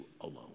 alone